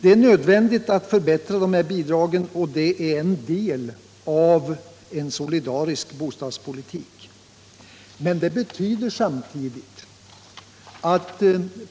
Det är nöd = ken vändigt att förbättra dessa bidrag, och detta är en del av en solidarisk bostadspolitik. Men det betyder samtidigt att